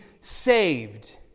saved